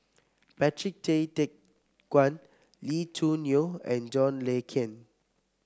Patrick Tay Teck Guan Lee Choo Neo and John Le Cain